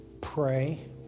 Pray